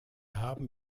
haben